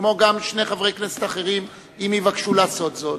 כמו גם שני חברי כנסת אחרים, אם יבקשו לעשות זאת.